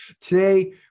Today